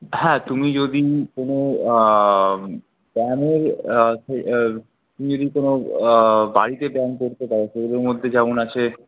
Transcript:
হ্যাঁ তুমি যদি কোনও ব্যায়ামের তুমি যদি কোনো বাড়িতে ব্যায়াম করতে পার সেগুলোর মধ্যে যেমন আছে